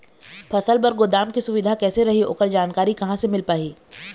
फसल बर गोदाम के सुविधा कैसे रही ओकर जानकारी कहा से मिल पाही?